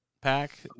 pack